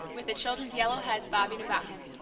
with the children's yellow heads bobbing about him.